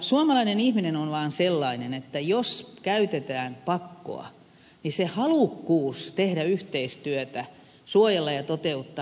suomalainen ihminen on vaan sellainen että jos käytetään pakkoa niin se halukkuus tehdä yhteistyötä suojella ja toteuttaa vähenee